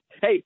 Hey